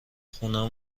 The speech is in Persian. خونه